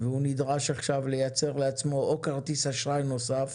והוא נדרש עכשיו לייצר לעצמו כרטיס אשראי נוסף